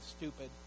stupid